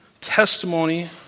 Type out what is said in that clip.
testimony